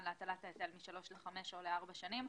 להטלת ההיטל משלוש לחמש או לארבע שנים,